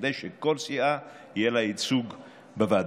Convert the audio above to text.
כדי שלכל סיעה יהיה ייצוג בוועדה.